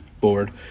board